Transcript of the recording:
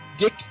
Dick